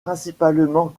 principalement